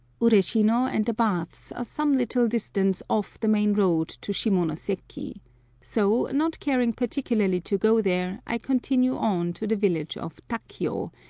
ureshino and the baths are some little distance off the main road to shimonoseki so, not caring particularly to go there, i continue on to the village of takio,